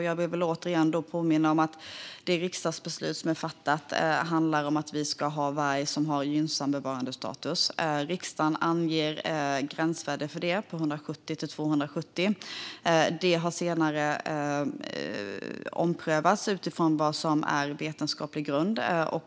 Jag vill påminna om att det riksdagsbeslut som är fattat handlar om att vi ska ha varg med gynnsam bevarandestatus. Riksdagen anger ett gränsvärde på 170-270 vargar. Det har senare omprövats efter vad som är vetenskaplig grund.